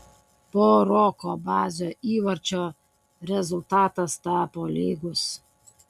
po roko bazio įvarčio rezultatas tapo lygus